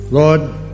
Lord